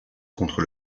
contre